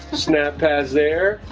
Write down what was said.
snap pads there,